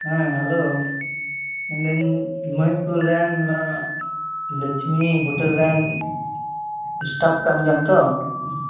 ᱦᱮᱸ ᱦᱮᱞᱳ ᱢᱮᱱᱫᱟᱹᱧ ᱢᱚᱦᱤᱥᱯᱩᱨ ᱨᱮᱱ ᱞᱚᱪᱷᱢᱤ ᱦᱳᱴᱮᱹᱞ ᱨᱮᱱ ᱮᱥᱴᱟᱵ ᱠᱟᱱ ᱜᱮᱭᱟᱢ ᱛᱚ